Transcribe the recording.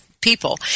people